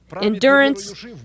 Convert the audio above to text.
endurance